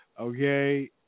okay